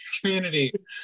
community